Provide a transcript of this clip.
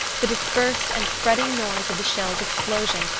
the dispersed and spreading noise of the shell's explosion,